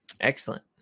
Excellent